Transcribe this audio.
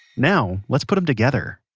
now let's put them together